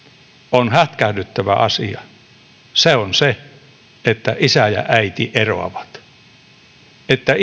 on hätkähdyttävä asia se on se että isä ja äiti eroavat että